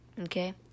Okay